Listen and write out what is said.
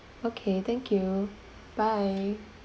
okay thank you bye